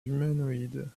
humanoïdes